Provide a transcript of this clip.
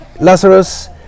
Lazarus